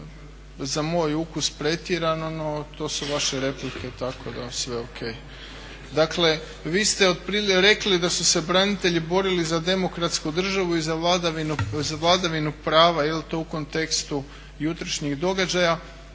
za moj ukus pretjerano, no to su vaše replike, tako da sve O.K.. Dakle, vi ste rekli da su se branitelji borili za demokratsku državu i za vladavinu prava jel' to su kontekstu jutrošnjih događaja.